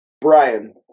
Brian